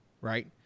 right